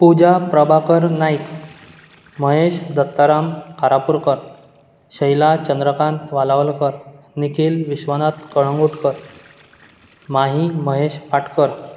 Puja Prabhakar Nayak Mahesh Dattaram Karapurkar Shaila Chandrakant Walawalkar Nikhil Vishwanath Calangutkar Mahi Mahesh Patkar